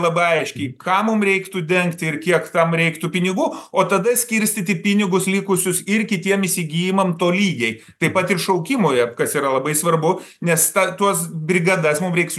labai aiškiai ką mum reiktų dengti ir kiek tam reiktų pinigų o tada skirstyti pinigus likusius ir kitiem įsigijimam tolygiai taip pat ir šaukimui kas yra labai svarbu nes ta tuos brigadas mum reiks